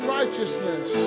righteousness